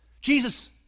Jesus